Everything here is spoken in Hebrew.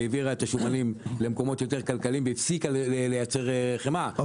היא העבירה את השומנים למקומות יותר כלכליים והפסיקה לייצר חמאה,